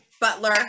butler